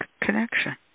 connection